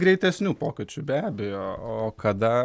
greitesnių pokyčių be abejo o kada